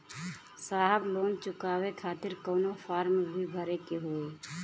साहब लोन चुकावे खातिर कवनो फार्म भी भरे के होइ?